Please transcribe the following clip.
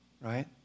right